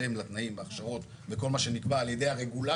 בהתאם לתנאים וההכשרות וכל מה שנקבע על ידי הרגולטור,